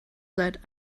seit